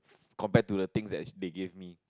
compared to the thing that they give me